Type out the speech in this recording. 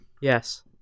Yes